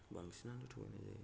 बांसिनानो थगायनाय जायो